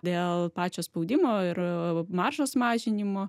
dėl pačio spaudimo ir maržos mažinimo